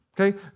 Okay